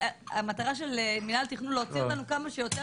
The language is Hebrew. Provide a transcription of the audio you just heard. המטרה של מינהל התכנון להוציא אותנו כמה שיותר